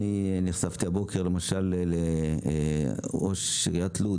נחשפתי הבוקר לראש עיריית לוד,